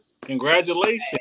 congratulations